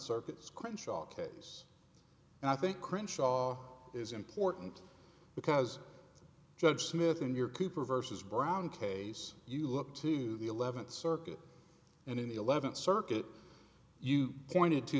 circuit scrimshaw case and i think krynn shaw is important because judge smith in your cooper versus brown case you look to the eleventh circuit and in the eleventh circuit you pointed to